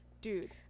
dude